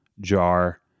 jar